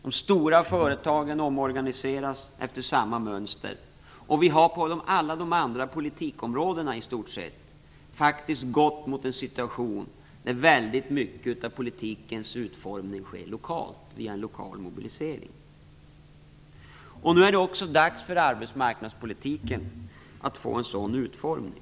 De stora företagen omorganiseras efter samma mönster, och vi har på i stort sett alla de andra politikområdena gått mot en situation där väldigt mycket av politikens utformning sker lokalt via en lokal mobilisering. Nu är det också dags för arbetsmarknadspolitiken att få en sådan utformning.